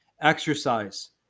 Exercise